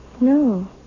No